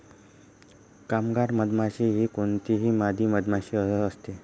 कामगार मधमाशी ही कोणतीही मादी मधमाशी असते